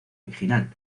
original